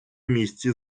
місці